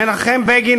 מנחם בגין,